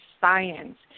science